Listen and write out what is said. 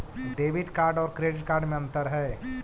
Debit card और credit card में अन्तर है?